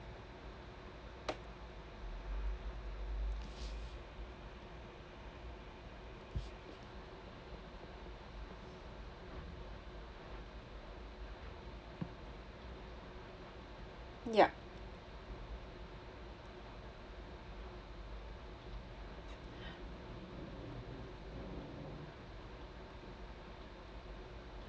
yup